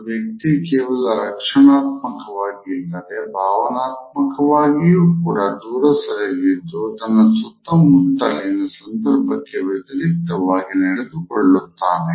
ಇದು ವ್ಯಕ್ತಿ ಕೇವಲ ರಕ್ಷಣಾತ್ಮಕವಾಗಿ ಇಲ್ಲದೆ ಭಾವನಾತ್ಮಕವಾಗಿಯೂ ಕೂಡ ದೂರ ಸರಿದಿದ್ದು ತನ್ನ ಸುತ್ತಲಿನ ಸಂದರ್ಭಕ್ಕೆ ವ್ಯತಿರಿಕ್ತವಾಗಿ ನಡೆದುಕೊಳ್ಳುತ್ತಾನೆ